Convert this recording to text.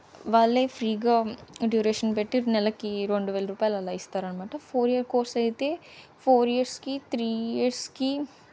వాళ్ళే ఫ్రీగా డ్యూరేషన్ పెట్టి నెలకి రెండు వేలు రూపాయలు అలా ఇస్తారు అన్నమాట ఫోర్ ఇయర్ కోర్స్ అయితే ఫోర్ ఇయర్స్కి త్రీ ఇయర్స్కి